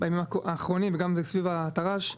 בימים האחרונים וגם סביב התר"ש,